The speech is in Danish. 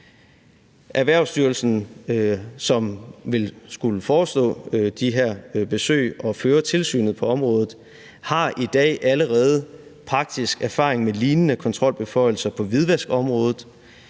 Erhvervsstyrelsen, som vil skulle forestå de her besøg og føre tilsynet på området, har i dag allerede praktisk erfaring med lignende kontrolbeføjelser på hvidvaskområdet,